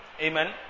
Amen